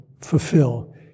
fulfill